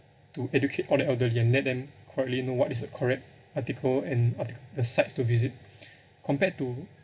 to educate all the elderly and let them correctly know what is correct article and arti~the sites to visit compared to